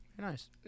nice